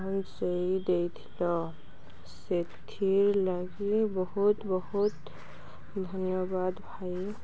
ପହଞ୍ଚେଇ ଦେଇଥିଲ ସେଥିି ଲାଗି ବହୁତ ବହୁତ ଧନ୍ୟବାଦ ଭାଇ